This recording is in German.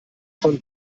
von